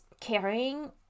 caring